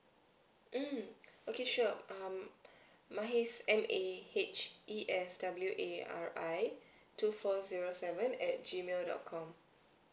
mm okay sure um mahes M A H E S W A R I two four zero seven at G mail dot com